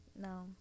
No